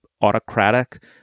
autocratic